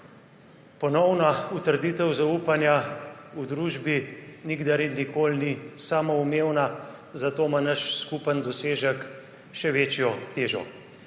Ponovna utrditev zaupanja v družbi nikdar in nikoli ni samoumevna, zato ima naš skupen dosežek še večjo težo.